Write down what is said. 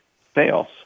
fails